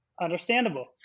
understandable